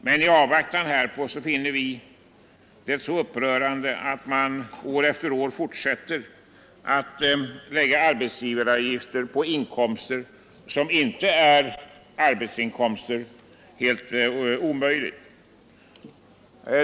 Men vi finner det upprörande och helt omöjligt att man år efter år fortsätter att lägga arbetsgivaravgifter på inkomster som inte är arbetsinkomster.